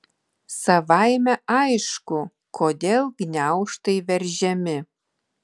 savaime aišku kodėl gniaužtai veržiami